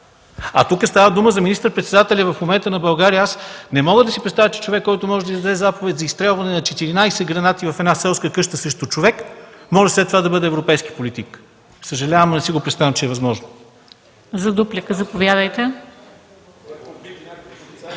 а тук става дума за министър-председателя в момента на България. Аз не мога да си представя, че човек, който може да издаде заповед за изстрелване на 14 гранати в една селска къща срещу човек, може след това да бъде европейски политик. Съжалявам, но не си го представям, че е възможно. ПРЕДСЕДАТЕЛ